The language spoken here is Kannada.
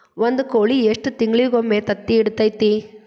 ಒಂದ್ ಕೋಳಿ ಎಷ್ಟ ತಿಂಗಳಿಗೊಮ್ಮೆ ತತ್ತಿ ಇಡತೈತಿ?